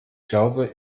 glaube